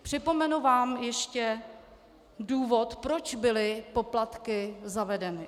Připomenu vám ještě důvod, proč byly poplatky zavedeny.